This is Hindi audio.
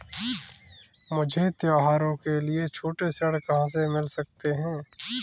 मुझे त्योहारों के लिए छोटे ऋण कहाँ से मिल सकते हैं?